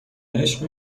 عشق